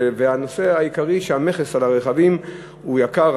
והנושא העיקרי: המכס על הרכב הוא יקר.